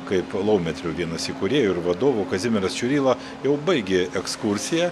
kaip laumetrio vienas įkūrėjų ir vadovų kazimieras čiurila jau baigė ekskursiją